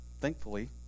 thankfully